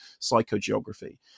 psychogeography